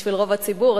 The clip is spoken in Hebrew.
בשביל רוב הציבור,